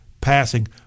passing